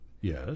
yes